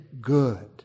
good